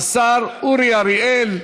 השר אורי אריאל.